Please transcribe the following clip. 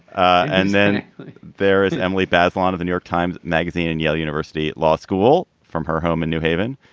and then there is emily basilone of the new york times magazine and yale university law school from her home in new haven.